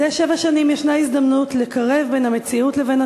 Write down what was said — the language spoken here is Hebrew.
מדי שבע שנים ישנה הזדמנות לקרב בין המציאות לבין